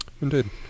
Indeed